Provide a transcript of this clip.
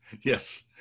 Yes